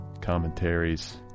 commentaries